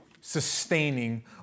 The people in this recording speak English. sustaining